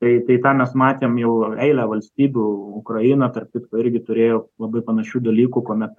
tai tai tą mes matėm jau eilę valstybių ukraina tarp kitko irgi turėjo labai panašių dalykų kuomet